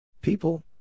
People